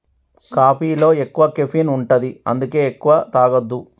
కాఫీలో ఎక్కువ కెఫీన్ ఉంటది అందుకే ఎక్కువ తాగొద్దు